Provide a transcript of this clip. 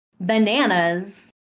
bananas